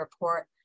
report